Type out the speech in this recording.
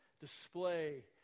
display